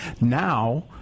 Now